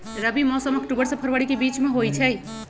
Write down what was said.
रबी मौसम अक्टूबर से फ़रवरी के बीच में होई छई